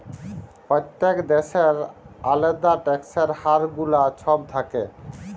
প্যত্তেক দ্যাশের আলেদা ট্যাক্সের হার গুলা ছব থ্যাকে